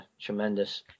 tremendous